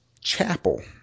chapel